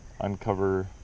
uncover